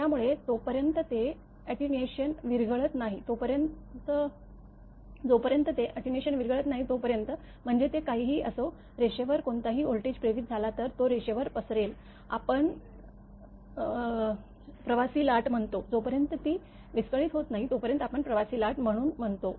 त्यामुळे जोपर्यंत ते अॅटेन्युएशनने विरघळत नाही तोपर्यंत म्हणजे ते काहीही असो रेषेवर कोणताही व्होल्टेज प्रेरित झाला तर तो रेषेवर पसरेल आपण प्रवासी लाट म्हणतो जोपर्यंत ती विस्कळीत होत नाही तोपर्यंत आपण प्रवासी लाट म्हणून म्हणतो